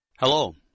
Hello